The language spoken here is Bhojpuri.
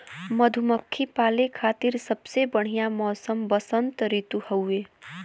मधुमक्खी पाले खातिर सबसे बढ़िया मौसम वसंत ऋतु हउवे